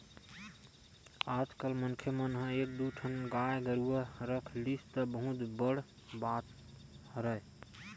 आजकल मनखे मन ह एक दू ठन गाय गरुवा रख लिस त बहुत बड़ बात हरय